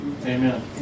Amen